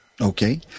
Okay